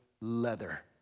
leather